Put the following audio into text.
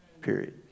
Period